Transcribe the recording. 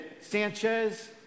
Sanchez